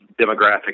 demographic